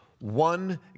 One